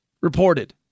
reported